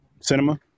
Cinema